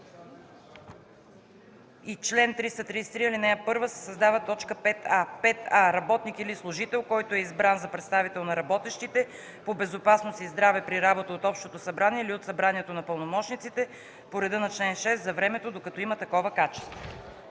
ал. 1 се създава т. 5а: „5а. работник или служител, който е избран за представител на работещите по безопасност и здраве при работа от общото събрание или от събранието на пълномощниците по реда на чл. 6, за времето, докато има такова качество;”.